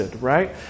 right